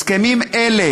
הסכמים אלה